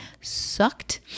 sucked